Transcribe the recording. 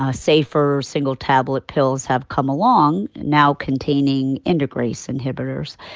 ah safer single-tablet pills have come along now containing integrase inhibitors,